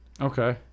Okay